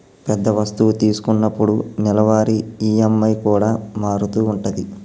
పెద్ద వస్తువు తీసుకున్నప్పుడు నెలవారీ ఈ.ఎం.ఐ కూడా మారుతూ ఉంటది